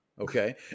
Okay